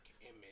image